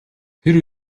тэр